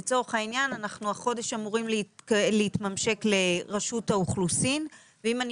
לצורך העניין אנחנו החודש אמורים להתממשק לרשות האוכלוסין ואם אני